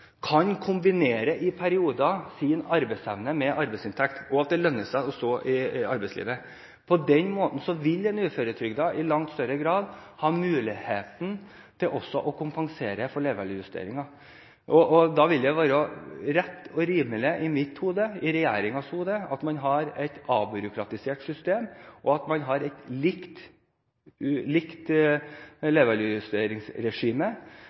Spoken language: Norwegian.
i perioder kan kombinere sin arbeidsevne med arbeidsinntekt, og at det lønner seg å stå i arbeidslivet. På den måten vil en uføretrygdet i langt større grad ha muligheten til også å kompensere for levealdersjusteringen. Da vil det i mitt hode og i regjeringens hode være rett og rimelig at man har et avbyråkratisert system, og at man har et likt